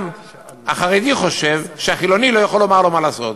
גם החרדי חושב שהחילוני לא יכול לומר לו מה לעשות,